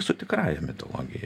su tikrąja mitologijai